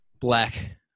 Black